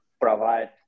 provide